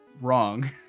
Wrong